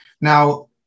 Now